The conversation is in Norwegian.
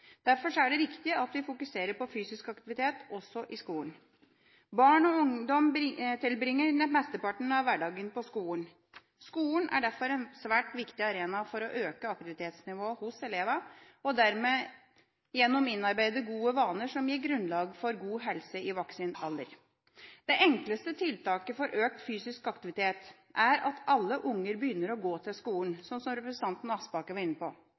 Derfor er det riktig at vi fokuserer på fysisk aktivitet – også i skolen. Barn og ungdom tilbringer mesteparten av hverdagen på skolen. Skolen er derfor en svært viktig arena for å øke aktivitetsnivået hos elevene og derigjennom innarbeide gode vaner som gir grunnlag for god helse i voksen alder. Det enkleste tiltaket for økt fysisk aktivitet er at alle unger begynner å gå til skolen, slik representanten Aspaker var inne på.